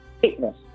fitness